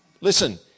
listen